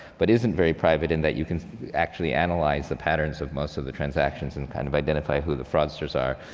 but isn't very private in that you can actually analyze the patterns of most of the transactions and kind of identify who the fraudsters are.